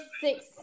six